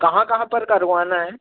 कहाँ कहाँ पर करवाना है